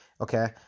okay